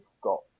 got